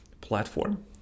platform